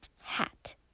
hat